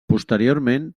posteriorment